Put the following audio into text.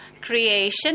creation